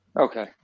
Okay